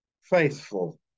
faithful